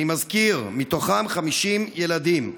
אני מזכיר: בהם 50 ילדים.